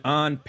on